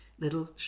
Little